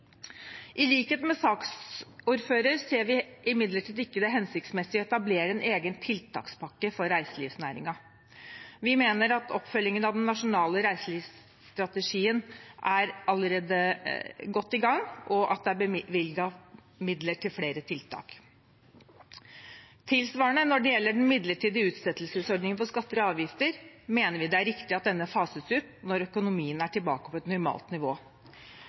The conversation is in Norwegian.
I likhet med saksordføreren ser vi imidlertid ikke det hensiktsmessige i å etablere en egen tiltakspakke for reiselivsnæringen. Vi mener at oppfølgingen av den nasjonale reiselivsstrategien allerede er godt i gang, og det er bevilget midler til flere tiltak. Tilsvarende: Når det gjelder den midlertidige utsettelsesordningen for skatter og avgifter, mener vi det er riktig at denne fases ut når økonomien er tilbake på et normalt nivå.